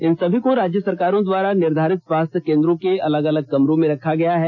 इन सभी को राज्य सरकारों द्वारा निर्धारित स्वास्थ्य केन्द्रों के अलग कमरों में रखा गया है